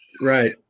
Right